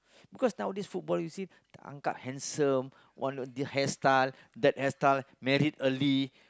because nowadays football you see tangkap handsome why not this hair style that hair style marry early